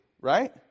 right